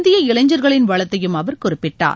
இந்திய இளைஞர்களின் வளத்தையும் அவர் குறிப்பிட்டார்